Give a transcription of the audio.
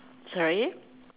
sorry